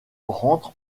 rentre